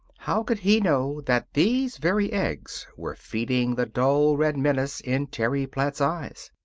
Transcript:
how could he know that these very eggs were feeding the dull red menace in terry platt's eyes?